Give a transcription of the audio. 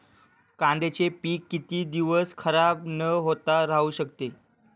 कांद्याचे पीक किती दिवस खराब न होता राहू शकते?